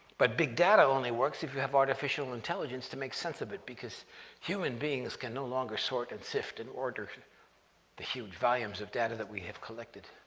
but big data only works if you have artificial intelligence to make sense of it because human beings can no longer sort and sift and order the huge volumes of data that we have collected.